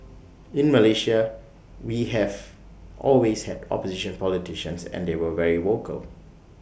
in Malaysia we have always had opposition politicians and they were very vocal